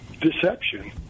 deception